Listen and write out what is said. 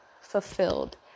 fulfilled